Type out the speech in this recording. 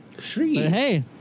hey